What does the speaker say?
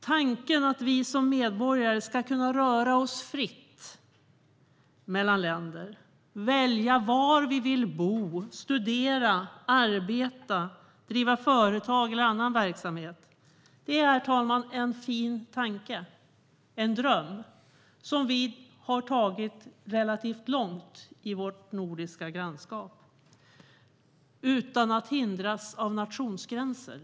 Tanken att vi som medborgare ska kunna röra oss fritt mellan länder, välja var vi vill bo, studera, arbeta, driva företag eller annan verksamhet är fin, herr talman. Det är en dröm som vi har drivit relativt långt i vårt nordiska grannskap utan att hindras av nationsgränser.